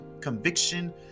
conviction